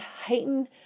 heighten